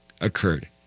occurred